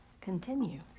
continue